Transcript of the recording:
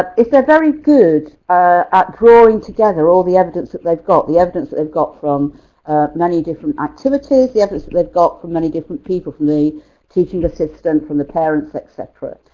if they're very good at drawing together all the evidence that they've got, the evidence they've got form many different activities. the evidence that they've got from many different people, from the teaching assistant, from the parents etc.